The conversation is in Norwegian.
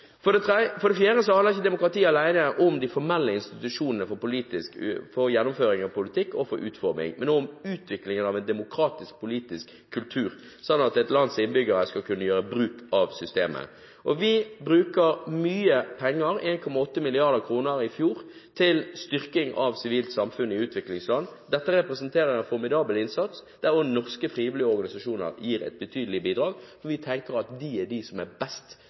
For det fjerde handler ikke demokrati alene om de formelle institusjonene for gjennomføring av politikk og for utforming, men om utviklingen av en demokratisk politisk kultur, sånn at et lands innbyggere skal kunne gjøre bruk av systemet. Vi bruker mye penger – 1,8 mrd. kr i fjor – til styrking av sivilt samfunn i utviklingsland. Dette representerer en formidabel innsats, der også norske frivillige organisasjoner gir et betydelig bidrag, og vi tenker at de er